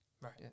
Right